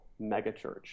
megachurch